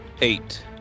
eight